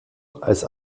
als